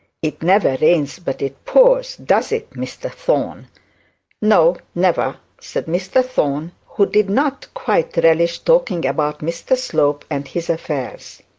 it never rains but it pours, does it mr thorne no, never said mr thorne, who did not quite relish talking about mr slope and his affairs.